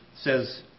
says